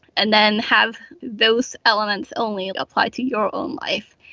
and then have those elements only apply to your own life.